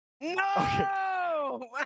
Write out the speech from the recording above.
No